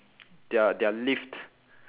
their their lift